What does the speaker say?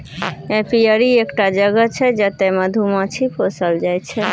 apiary एकटा जगह छै जतय मधुमाछी पोसल जाइ छै